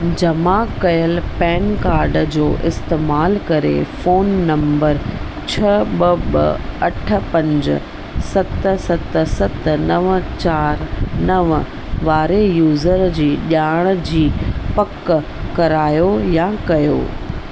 जमा कयलु PAN card जो इस्तेमालु करे फ़ोन नंबर छ ॿ ॿ अठ पंज सत सत सत नव चार नव वारे यूज़र जी ॼाण जी पक करायो या कयो